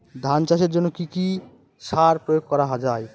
ধান চাষের জন্য কি কি সার প্রয়োগ করা য়ায়?